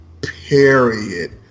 period